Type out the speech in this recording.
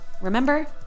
remember